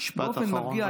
באופן מפגיע,